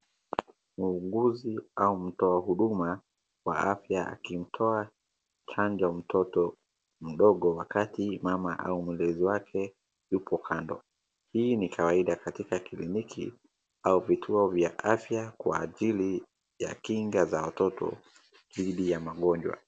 Wauguzi au mtu wa huduma wa afya akimtoa chanjo mtoto mdogo wakati mama au mlezi wake yupo kando hii ni kawaida katika kliniki au vituo vya afya kwa ajili ya kinga za watoto dhidi ya magonjwa